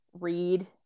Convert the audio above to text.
read